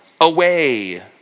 away